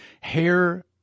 Hair